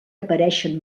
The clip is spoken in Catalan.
apareixen